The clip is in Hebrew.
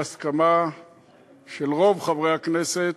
בהסכמה של רוב חברי הכנסת,